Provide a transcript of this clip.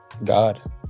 god